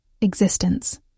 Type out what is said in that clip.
existence